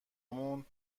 مون